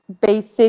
basic